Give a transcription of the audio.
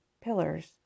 pillars